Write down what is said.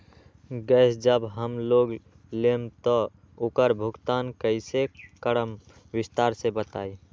Gas जब हम लोग लेम त उकर भुगतान कइसे करम विस्तार मे बताई?